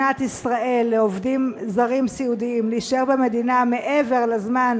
לעובדים זרים סיעודיים להישאר במדינת ישראל מעבר לזמן